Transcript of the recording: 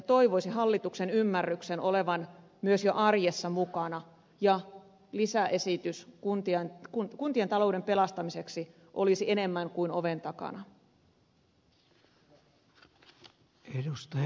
toivoisin hallituksen ymmärryksen olevan myös jo arjessa mukana ja lisäesitys kuntien talouden pelastamiseksi olisi enemmän kuin oven takana